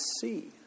see